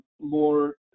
More